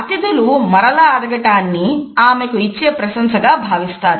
అతిథులు మరల అడగటాన్ని ఆమెకు ఇచ్చే ప్రశంసగా భావిస్తారు